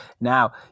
Now